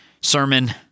sermon